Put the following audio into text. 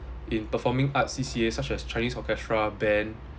in performing arts C_C_A such as chinese orchestra band